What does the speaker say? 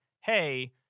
hey